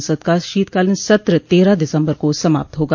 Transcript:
संसद का शीतकालीने सत्र तेरह दिसम्बर को समाप्त होगा